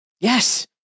Yes